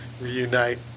reunite